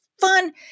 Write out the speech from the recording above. fun